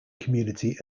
community